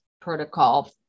protocol